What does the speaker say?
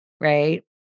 right